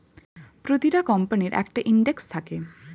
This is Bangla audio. প্রতিটা কোম্পানির একটা ইন্ডেক্স থাকে